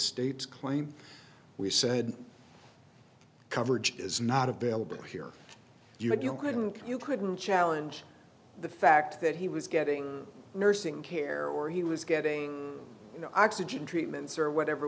estates claim we said coverage is not available here you couldn't you couldn't challenge the fact that he was getting nursing care or he was getting oxygen treatments or whatever